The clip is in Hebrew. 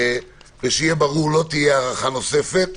שיהיה ברור לא תהיה הארכה נוספת.